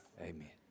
Amen